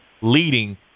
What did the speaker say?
leading –